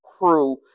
crew